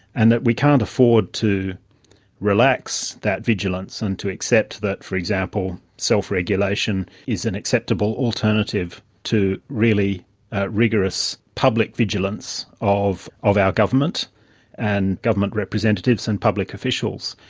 and that we can't afford to relax that vigilance and to accept that, for example, self-regulation is an acceptable alternative to really rigorous public vigilance of of our government and government representatives and public officials,